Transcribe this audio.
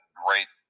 great